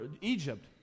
Egypt